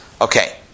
Okay